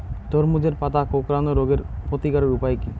তরমুজের পাতা কোঁকড়ানো রোগের প্রতিকারের উপায় কী?